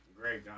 Great